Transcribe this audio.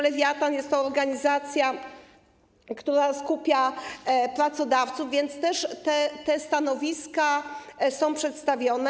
Lewiatan jest to organizacja, która skupia pracodawców, więc te stanowiska są przedstawione.